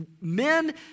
Men